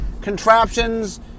Contraptions